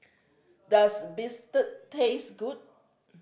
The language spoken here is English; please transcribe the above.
does bistake taste good